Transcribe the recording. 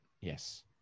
Yes